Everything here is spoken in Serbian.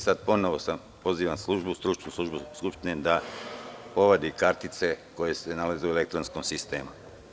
Sada ponovo pozivam stručnu službu Skupštine da povadi kartice koje se nalaze u elektronskom sistemu.